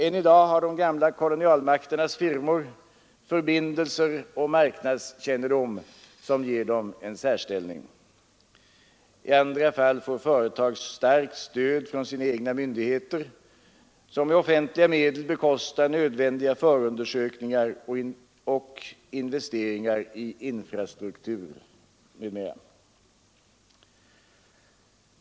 Än i dag har de gamla kolonialmakternas firmor förbindelser och marknadskännedom som ger dem en särställning. I andra fall får företag starkt stöd från sina egna myndigheter som med offentliga medel bekostar nödvändiga förundersökningar och investeringar i infrastruktur m.m.